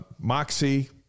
Moxie